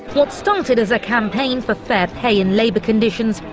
what started as a campaign for fair pay and labour conditions,